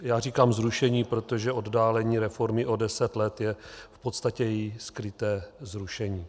já říkám zrušení, protože oddálení reformy o deset let je v podstatě její skryté zrušení.